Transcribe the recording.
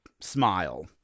Smile